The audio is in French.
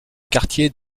quartier